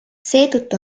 seetõttu